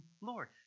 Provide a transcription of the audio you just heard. Lord